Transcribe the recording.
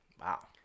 Wow